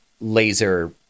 laser